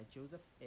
Joseph